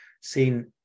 seen